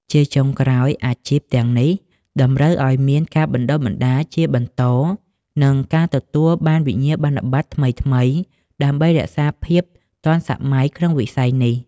ជាចុងក្រោយ អាជីពទាំងនេះតម្រូវឱ្យមាន ការបណ្តុះបណ្តាលជាបន្ត និងការទទួលបានវិញ្ញាបនបត្រថ្មីៗដើម្បីរក្សាភាពទាន់សម័យក្នុងវិស័យនេះ។